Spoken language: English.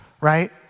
right